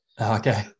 Okay